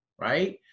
right